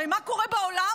הרי מה קורה בעולם